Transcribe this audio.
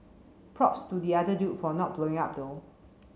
props to the other dude for not blowing up though